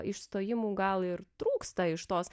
išstojimų gal ir trūksta iš tos